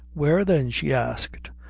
where then? she asked,